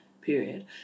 period